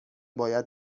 باید